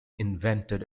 invented